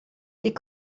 die